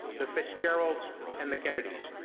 the fitzgeralds and the kennedys.